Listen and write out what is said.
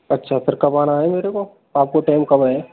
अच्छा फिर कब आना है मेरे को आपको टाइम कब है